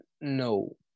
no